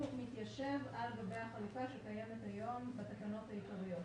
זה אותו רעיון והוא מתיישב על גבי החלוקה שקיימת היום בתקנות העיקריות.